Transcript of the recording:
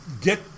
get